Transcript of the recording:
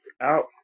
out